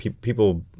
people